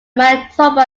manitoba